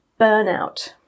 burnout